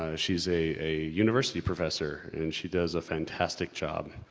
ah she's a, a university professor and she does a fantastic job.